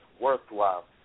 worthwhile